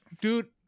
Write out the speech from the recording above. Dude